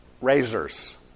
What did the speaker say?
razors